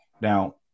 Now